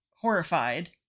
horrified